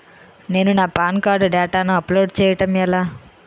నేను నా PAN card డేటాను అప్లోడ్ చేయడం ఎలా?